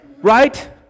Right